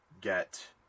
get